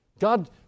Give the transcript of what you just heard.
God